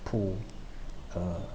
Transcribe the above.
pull uh